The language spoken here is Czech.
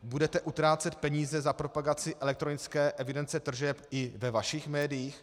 Budete utrácet peníze za propagaci elektronické evidence tržeb i ve vašich médiích?